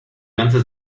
ganze